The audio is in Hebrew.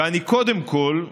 ואני קודם כול,